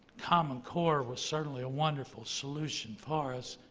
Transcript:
common core was certainly a wonderful solution for us,